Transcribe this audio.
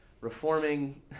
reforming